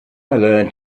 learn